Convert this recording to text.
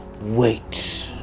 wait